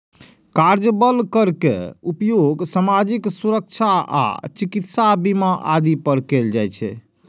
कार्यबल कर के उपयोग सामाजिक सुरक्षा आ चिकित्सा बीमा आदि पर कैल जाइ छै